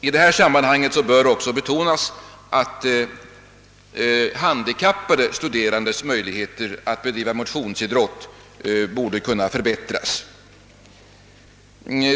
I detta sammanhang bör också betonas att de handikappade studerandes möjligheter att bedriva motionsidrott behöver förbättras.